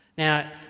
Now